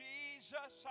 Jesus